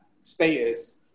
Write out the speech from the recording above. status